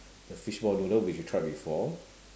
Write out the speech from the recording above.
the fishball noodle which you tried before